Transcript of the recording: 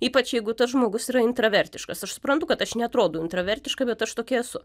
ypač jeigu tas žmogus yra intravertiškas aš suprantu kad aš neatrodau intravertiška bet aš tokia esu